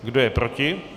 Kdo je proti?